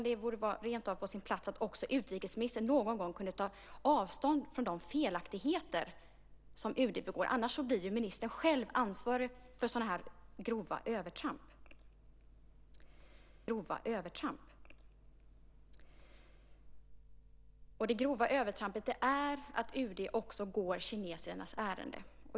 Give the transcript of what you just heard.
Det borde rentav vara på sin plats att också utrikesministern någon gång kunde ta avstånd från de felaktigheter som UD begår. Annars blir ministern själv ansvarig för sådana grova övertramp. Det grova övertrampet är att UD går kinesernas ärenden.